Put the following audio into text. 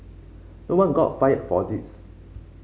no one got fired for this